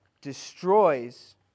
destroys